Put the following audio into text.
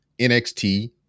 NXT